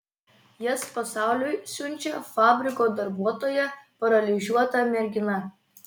jas pasauliui siunčia fabriko darbuotoja paralyžiuota mergina